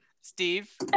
Steve